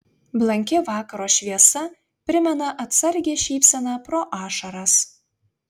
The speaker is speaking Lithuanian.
blanki vakaro šviesa primena atsargią šypseną pro ašaras